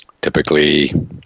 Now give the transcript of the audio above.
typically